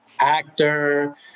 actor